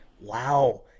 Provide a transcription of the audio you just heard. wow